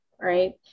right